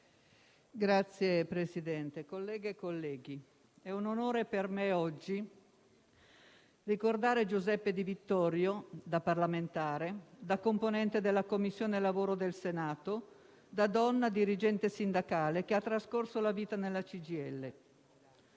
Signor Presidente, colleghe e colleghi, è un onore per me oggi ricordare Giuseppe Di Vittorio da parlamentare, da componente della Commissione lavoro del Senato, da donna dirigente sindacale che ha trascorso la vita nella CGIL.